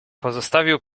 pozostawił